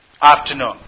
afternoon